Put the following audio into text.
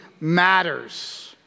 matters